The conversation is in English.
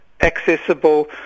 accessible